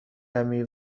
کمی